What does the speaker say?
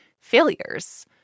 failures